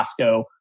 Costco